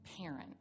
parent